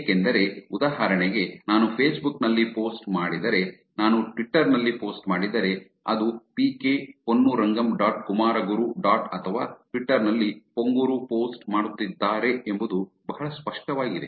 ಏಕೆಂದರೆ ಉದಾಹರಣೆಗೆ ನಾನು ಫೇಸ್ಬುಕ್ ನಲ್ಲಿ ಪೋಸ್ಟ್ ಮಾಡಿದರೆ ನಾನು ಟ್ವಿಟ್ಟರ್ ನಲ್ಲಿ ಪೋಸ್ಟ್ ಮಾಡಿದರೆ ಅದು PK Ponnurangam dot Kumaraguru dot ಅಥವಾ ಟ್ವಿಟ್ಟರ್ ನಲ್ಲಿ ಪೊಂಗುರು ಪೋಸ್ಟ್ ಮಾಡುತ್ತಿದ್ದಾರೆ ಎಂಬುದು ಬಹಳ ಸ್ಪಷ್ಟವಾಗಿದೆ